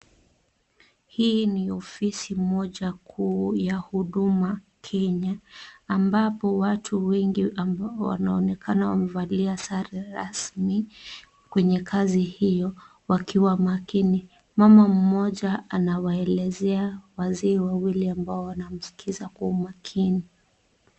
Hii ni ofisi moja kuu ya Huduma Kenya ambapo watu wengi wanaonekana wamevalia sare rasmi kwenye kazi hiyo wakiwa makini. Mama mmoja anawaelezea wazee wawili ambao wanamskiza kwa umakini.